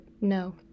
no